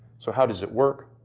so how does it work?